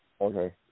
Okay